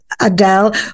adele